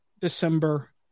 december